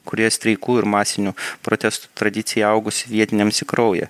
kurie streikų ir masinių protestų tradicija įaugusi vietiniams į kraują